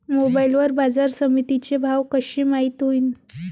Mobile वर बाजारसमिती चे भाव कशे माईत होईन?